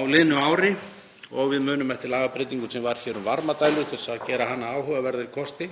á liðnu ári og við munum eftir lagabreytingunni sem varð hér um varmadælur til að gera þær að áhugaverðari kosti.